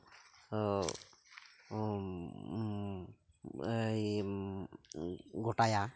ᱜᱚᱴᱟᱭᱟ